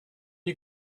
you